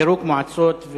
פירוק מועצות.